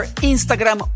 Instagram